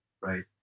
right